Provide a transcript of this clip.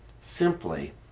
simply